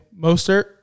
Mostert